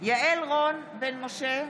יעל רון בן משה,